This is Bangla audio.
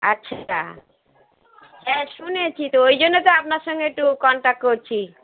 আচ্ছা হ্যাঁ শুনেছি তো ওই জন্য তো আপনার সঙ্গে একটু কন্ট্যাক্ট করছি